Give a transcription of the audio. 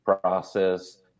process